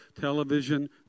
television